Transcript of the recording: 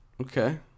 Okay